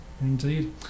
indeed